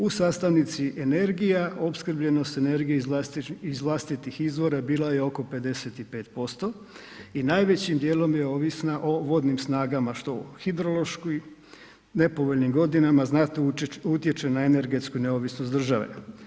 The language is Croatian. U sastavnici energija, opskrbljenost energije iz vlastitih izvora bila je oko 55% i najvećim dijelom je ovisna o vodnim snagama što hidrološki nepovoljnim godinama znatno utječe na energetsku neovisnost države.